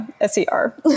S-E-R